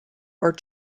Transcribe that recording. are